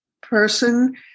person